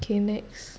K next